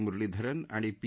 मुरलीधरन आणि पी